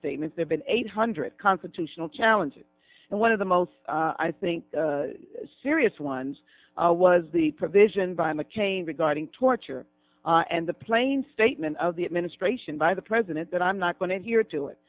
statements they've been eight hundred constitutional challenges and one of the most i think serious ones was the provision by mccain regarding torture and the plain statement of the administration by the president that i'm not going in here to it